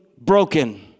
broken